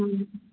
ꯎꯝ